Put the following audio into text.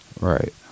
Right